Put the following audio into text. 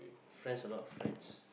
friends a lot of friends